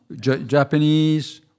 Japanese